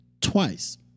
twice